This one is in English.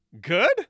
good